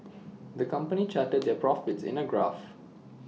the company charted their profits in A graph